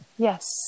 Yes